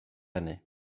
hynny